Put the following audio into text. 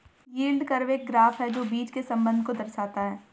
yield curve एक graph है जो बीच के संबंध को दर्शाता है